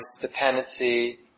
dependency